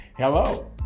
Hello